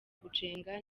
gucenga